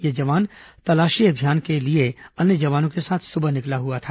यह जवान तलाशी अभियान के लिए अन्य जवानों के साथ सुबह निकला हुआ था